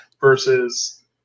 versus